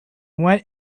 went